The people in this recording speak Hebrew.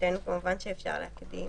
מבחינתנו כמובן שאפשר להקדים.